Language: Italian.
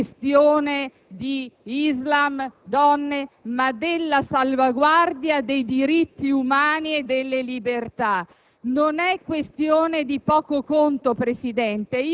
Non si tratta tanto di una questione di Islam o di donne, ma della salvaguardia dei diritti umani e delle libertà;